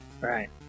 Right